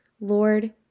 Lord